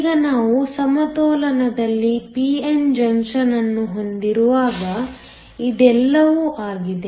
ಈಗ ನಾವು ಸಮತೋಲನದಲ್ಲಿ p n ಜಂಕ್ಷನ್ ಅನ್ನು ಹೊಂದಿರುವಾಗ ಇದೆಲ್ಲವೂ ಆಗಿದೆ